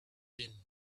din